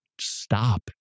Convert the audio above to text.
Stop